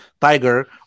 tiger